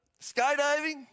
skydiving